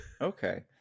Okay